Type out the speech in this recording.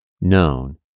known